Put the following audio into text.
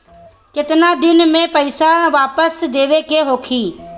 केतना दिन में पैसा वापस देवे के होखी?